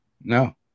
No